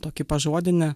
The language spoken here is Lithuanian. tokį pažodinį